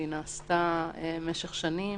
והיא נעשתה משך שנים,